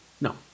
no